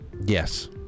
Yes